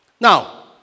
now